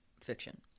fiction